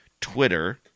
Twitter